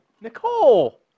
Nicole